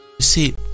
see